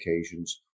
occasions